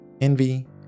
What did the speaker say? envy